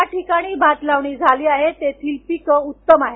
ज्या ठिकाणी भातलावणी झाली आहे तेथील पिकं उत्तम आहेत